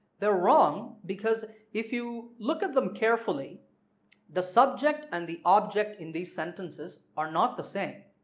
they're wrong because if you look at them carefully the subject and the object in these sentences are not the same.